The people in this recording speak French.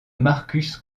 markus